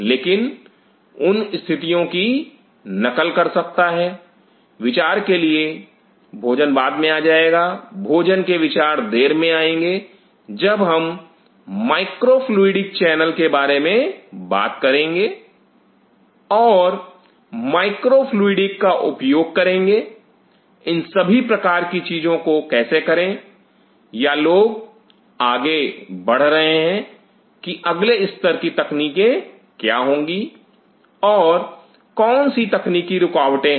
लेकिन उन स्थितियों की नकल कर सकता है विचार के लिए भोजन बाद में आ जाएगा भोजन के विचार देर में आएँगे जब हम माइक्रो फ्लूइडिक चैनल के बारे में बात करेंगे और माइक्रो फ्लूइडिक का उपयोग करेंगे इन सभी प्रकार की चीजों को कैसे करें या लोग आगे बढ़ रहे हैं कि अगले स्तर की तकनीकें क्या होंगी और कौन सी तकनीकी रुकावटें हैं